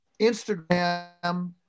Instagram